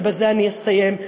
ובזה אני אסיים,